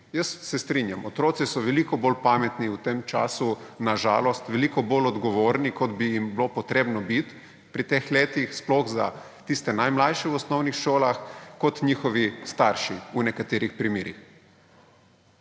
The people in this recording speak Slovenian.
Jaz se strinjam. Otroci so veliko bolj pametni v tem času, na žalost, veliko bolj odgovorni, kot bi jim bilo potrebno biti pri teh letih, sploh za tiste najmlajše v osnovnih šolah, kot njihovi starši v nekaterih primerih.